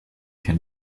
can